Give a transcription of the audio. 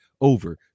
over